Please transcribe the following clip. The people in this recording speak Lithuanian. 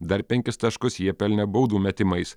dar penkis taškus jie pelnė baudų metimais